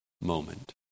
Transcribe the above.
moment